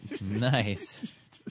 Nice